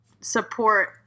support